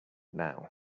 now